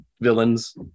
villains